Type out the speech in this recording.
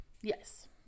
Yes